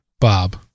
Bob